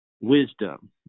wisdom